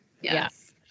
yes